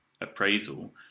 appraisal